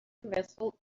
vessel